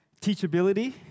teachability